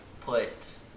put